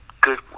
Good